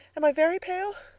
am i very pale?